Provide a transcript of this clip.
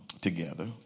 together